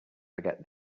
forget